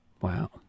Wow